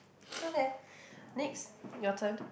okay next your turn